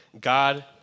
God